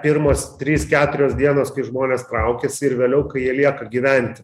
pirmos trys keturios dienos kai žmonės traukiasi ir vėliau kai jie lieka gyventi